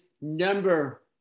number